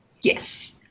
Yes